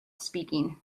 speaking